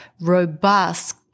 robust